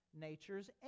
natures